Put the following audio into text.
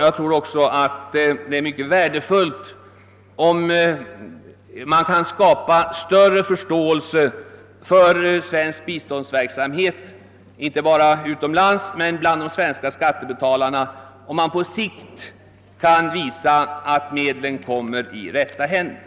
Jag tror också att vi kan vinna det mycket värdefulla syftet att skapa större förståelse för svensk biståndsverksamhet — inte bara utomlands — utan också bland de svenska skattebetalarna, om vi kan visa att medlen på sikt hamnar i rätta händer.